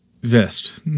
vest